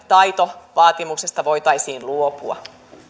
taitovaatimuksesta voitaisiin luopua